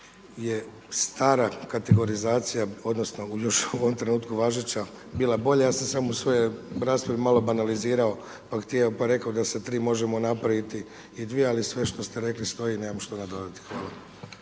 je stara kategorizacija, odnosno još u ovom trenutku važeća, bila bolja. Ja sam samo u svojoj raspravi malo banalizirao pa htio, pa rekao da se od 3 mogu napraviti i 2 ali sve što ste rekli stoji, nemamo što nadodati. Hvala.